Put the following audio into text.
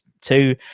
two